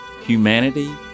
humanity